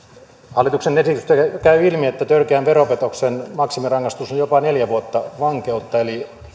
hallituksen esityksestä käy ilmi että törkeän veropetoksen maksimirangaistus on jopa neljä vuotta vankeutta eli